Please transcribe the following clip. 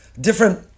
different